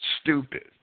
stupid